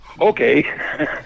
okay